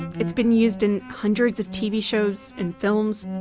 it's been used in hundreds of tv shows and films.